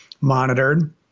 monitored